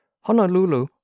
Honolulu